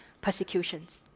persecutions